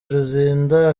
luzinda